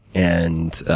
and,